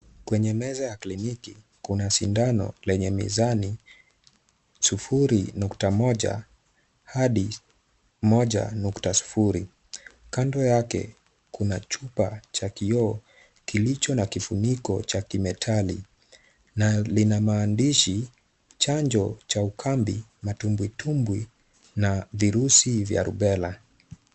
Kwenye meza ya kliniki, kuna sindano lenye mizani sufuri nukta moja hadi moja nukta sufuri. Kando yake kuna chupa cha kioo kilicho na kifuniko cha kimetali na lina maandishi chanjo cha ukambi, matumbwitumbwi na virusi vya rubela.